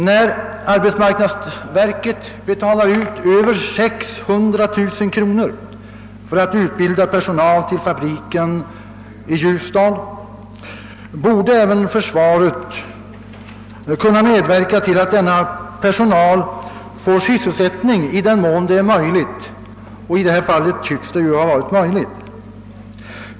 När arbetsmarknadsverket betalar ut över 600 000 kronor för att utbilda personal till fabriken i Ljusdal, borde försvaret medverka till att denna personal får sysselsättning i den mån det är möjligt — och i detta fall tycks det ha varit möjligt.